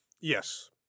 Yes